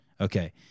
okay